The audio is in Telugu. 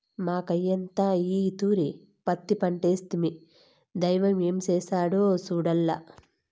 మాకయ్యంతా ఈ తూరి పత్తి పంటేస్తిమి, దైవం ఏం చేస్తాడో సూడాల్ల